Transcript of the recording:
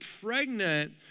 pregnant